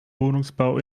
wohnungsbau